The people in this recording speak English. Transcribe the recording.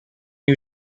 you